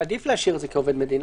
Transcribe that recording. עדיף להשאיר את זה כעובד מדינה.